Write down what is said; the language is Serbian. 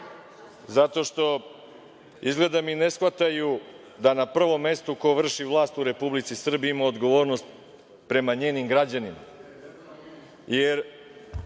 Zato što, izgleda mi, ne shvataju da na prvom mestu ko vrši vlast u Republici Srbiji ima odgovornost prema njenim građanima. Znate